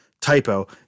typo